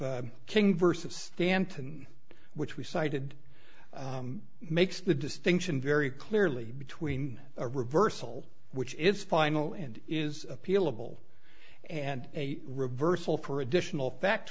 of king versus stanton which we cited makes the distinction very clearly between a reversal which is final and is appealable and a reversal for additional fact